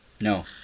No